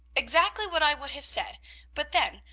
exactly what i would have said but then,